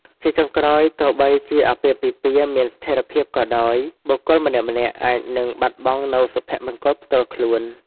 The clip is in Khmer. ជាចុងក្រោយ ទោះបីជាអាពាហ៍ពិពាហ៍មានស្ថិរភាពក៏ដោយ បុគ្គលម្នាក់ៗអាចនឹងបាត់បង់នូវសុភមង្គលផ្ទាល់ខ្លួន។